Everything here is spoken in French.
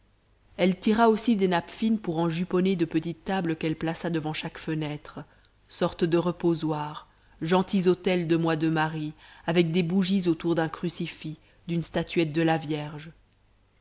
elle tira aussi des nappes fines pour en juponner de petites tables qu'elle plaça devant chaque fenêtre sortes de reposoirs gentils autels de mois de marie avec des bougies autour d'un crucifix d'une statuette de la vierge